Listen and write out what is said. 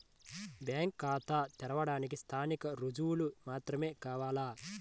Bank ఖాతా తెరవడానికి స్థానిక రుజువులు మాత్రమే కావాలా?